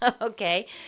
Okay